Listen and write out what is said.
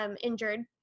injured